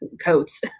coats